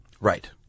Right